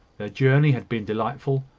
their journey had been delightful.